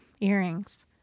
earrings